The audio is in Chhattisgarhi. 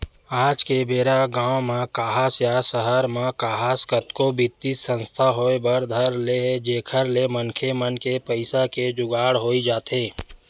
आज के बेरा गाँव म काहस या सहर म काहस कतको बित्तीय संस्था होय बर धर ले हे जेखर ले मनखे मन के पइसा के जुगाड़ होई जाथे